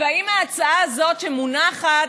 האם ההצעה הזאת, שמונחת,